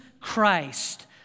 Christ